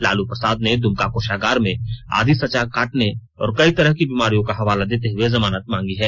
लालू प्रसाद ने दुमका कोषागार में आधी सजा काटने और कई तरह की बीमारियों का हवाला देते हुए जमानत मांगी है